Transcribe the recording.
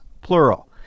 plural